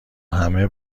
همه